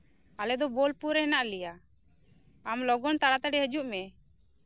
ᱟᱞᱮ ᱫᱚ ᱵᱳᱞᱯᱩᱨ ᱨᱮ ᱦᱮᱱᱟᱜ ᱞᱮᱭᱟ ᱟᱢ ᱞᱚᱜᱚᱱ ᱛᱟᱲᱟᱛᱟ ᱲᱤ ᱦᱤᱡᱩᱜ ᱢᱮ